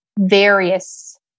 various